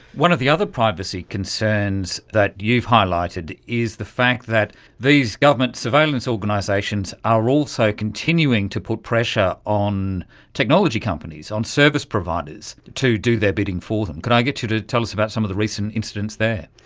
one of the other privacy concerns that you've highlighted is the fact that these government surveillance organisations are also continuing to put pressure on technology companies, on service providers to do their bidding for them. could i get you to tell us about some of the recent incidents there?